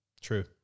True